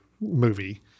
movie